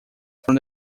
from